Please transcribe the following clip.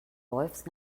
wolffs